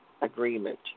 agreement